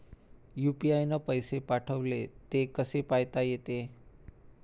UPI न पैसे पाठवले, ते कसे पायता येते?